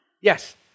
Yes